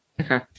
Okay